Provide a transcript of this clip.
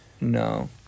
no